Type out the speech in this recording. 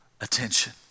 attention